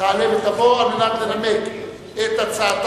תעלה ותבוא חברת הכנסת חנין זועבי להציג את הצעת